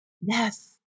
Yes